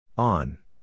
On